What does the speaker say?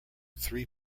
three